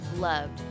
loved